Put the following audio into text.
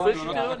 לפי הקריטריונים.